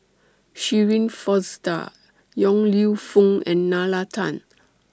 Shirin Fozdar Yong Lew Foong and Nalla Tan